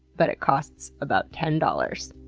but it costs about ten dollars,